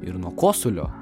ir nuo kosulio